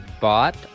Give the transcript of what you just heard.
bought